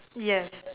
yes